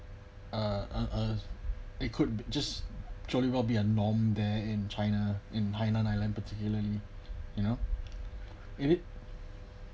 uh uh it could just jolly well be a norm there in china in hainan island particularly you know it it